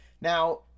Now